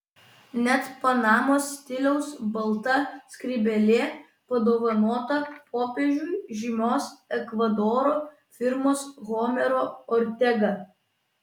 net panamos stiliaus balta skrybėlė padovanota popiežiui žymios ekvadoro firmos homero ortega